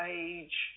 age